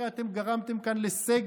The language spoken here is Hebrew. הרי אתם גרמתם כאן לסגר,